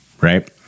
Right